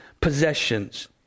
possessions